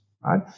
right